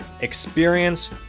Experience